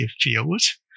fields